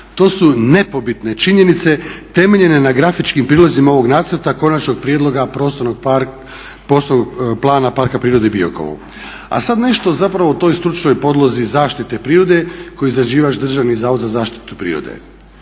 To su nepobitne činjenice temeljene na grafičkim prilozima ovog nacrta konačnog prijedloga Prostornog plana Parka prirode Biokovo. A sad nešto zapravo o toj stručnoj podlozi zaštite prirode koje je izrađivač Državnog zavoda za zaštitu prirode.